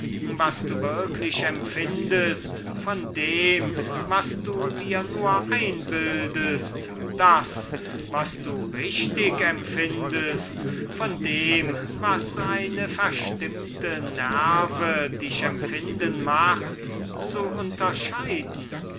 was du würklich empfindest von dem was du dir nur einbildest das was du richtig empfindest von dem was eine verstimmte nerve dich empfinden macht zu unterscheiden